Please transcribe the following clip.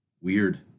Weird